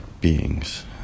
beings